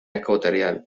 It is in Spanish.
ecuatorial